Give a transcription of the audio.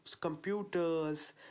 computers